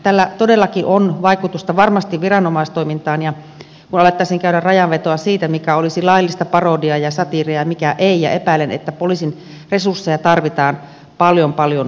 tällä todellakin on vaikutusta varmasti viranomaistoimintaan ja kun alettaisiin käydä rajanvetoa siitä mikä olisi laillista parodiaa ja satiiria ja mikä ei niin epäilen että poliisin resursseja tarvitaan paljon paljon